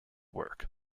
work